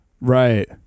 Right